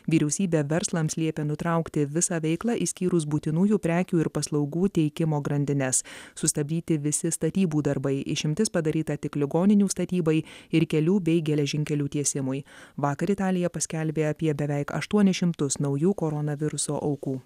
vyriausybė verslams liepė nutraukti visą veiklą išskyrus būtinųjų prekių ir paslaugų teikimo grandines sustabdyti visi statybų darbai išimtis padaryta tik ligoninių statybai ir kelių bei geležinkelių tiesimui vakar italija paskelbė apie beveik aštuonis šimtus naujų koronaviruso aukų